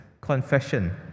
confession